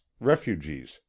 refugees